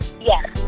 Yes